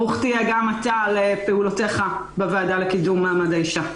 ברוך תהיה גם אתה על פעולותיך בוועדה לקידום מעמד האישה.